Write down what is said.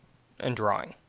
and drawing.